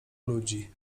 ludzi